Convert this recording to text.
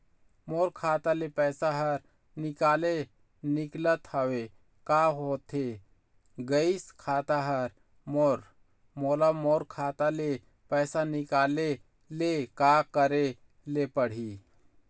मोर खाता ले पैसा हर निकाले निकलत हवे, का होथे गइस खाता हर मोर, मोला मोर खाता ले पैसा निकाले ले का करे ले पड़ही?